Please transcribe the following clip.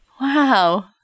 Wow